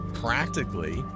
Practically